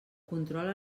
controla